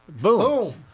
Boom